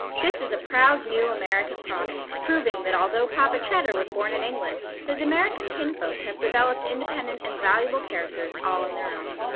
this is a proud new american product, proving that although papa cheddar was born in england his american kinfolk have developed independent and valuable characters all on their own.